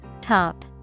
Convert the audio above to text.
Top